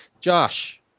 Josh